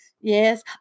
Yes